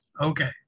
Okay